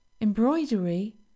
embroidery